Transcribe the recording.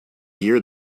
year